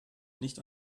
nicht